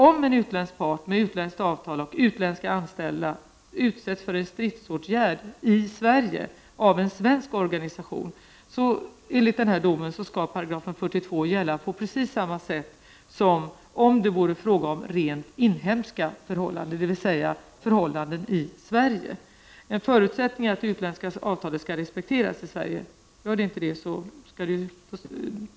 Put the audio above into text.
Om en utländsk part med utländskt avtal och utländska anställda utsätts för en stridsåtgärd i Sverige av en svensk organisation, så skall enligt den här domen 42 § gälla på precis samma sätt som om det vore fråga om rent inhemska förhållanden, dvs. förhållanden i Sverige. En förutsättning är att det utländska avtalet skall respekteras i Sverige.